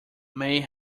may